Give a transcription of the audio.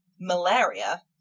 malaria